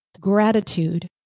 gratitude